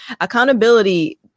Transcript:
Accountability